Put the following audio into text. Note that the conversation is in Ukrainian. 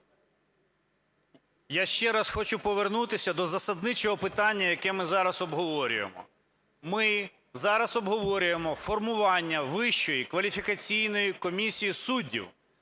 Я ще раз хочу повернутися до засадничого питання, яке ми зараз обговорюємо. Ми зараз обговорюємо формування Вищої кваліфікаційної комісії суддів.